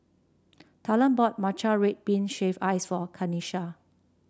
talan bought Matcha Red Bean Shaved Ice for Kanisha